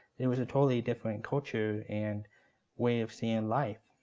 it was a totally different culture and way of seeing life.